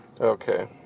Okay